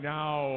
now